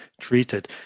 treated